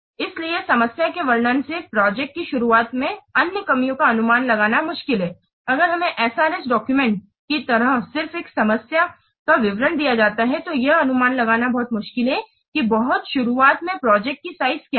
इसलिए समस्या के वर्णन से प्रोजेक्ट की शुरुआत में अन्य कमियों का अनुमान लगाना मुश्किल है अगर हमें SRS डॉक्यूमेंट की तरह सिर्फ एक समस्या का विवरण दिया जाता है तो यह अनुमान लगाना बहुत मुश्किल है की बहुत शुरुआत मे प्रोजेक्ट की साइज क्या है